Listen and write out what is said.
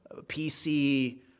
PC